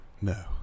No